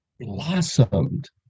blossomed